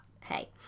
hey